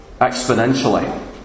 exponentially